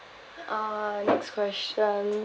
uh next question